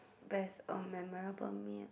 best or memorable meal